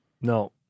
No